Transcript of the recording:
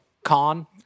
con